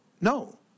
no